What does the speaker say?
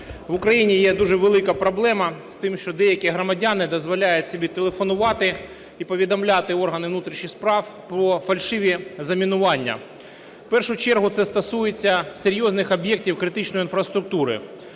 В Україні є дуже велика проблема з тим, що деякі громадяни дозволяють собі телефонувати і повідомляти органи внутрішніх справ про фальшиві замінування. В першу чергу це стосується серйозних об'єктів критичної інфраструктури.